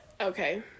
Okay